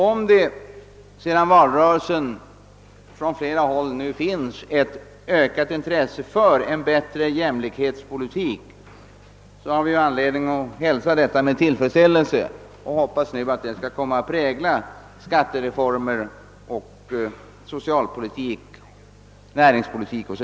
Om det nu efter valrörelsen på flera håll finns ett ökat intresse för en bättre jämlikhetspolitik, så har vi anledning hälsa det med tillfredsställelse, och jag hoppas att det intresset skall komma att prägla kommande skattereformer, socialpolitik och näringspolitik.